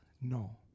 No